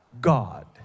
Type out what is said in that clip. God